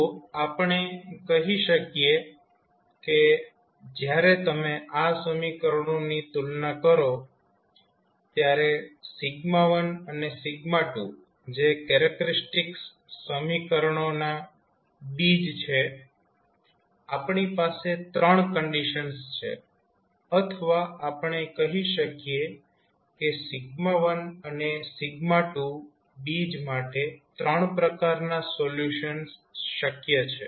તો આપણે કહી શકીએ કે જ્યારે તમે આ સમીકરણોની તુલના કરો ત્યારે 1 અને 2 જે કેરેક્ટરીસ્ટિક્સ સમીકરણો નાં બીજ છે આપણી પાસે 3 કન્ડીશન્સ છે અથવા આપણે કહી શકીએ કે 1 અને 2બીજ માટે 3 પ્રકારના સોલ્યુશન્સ શક્ય છે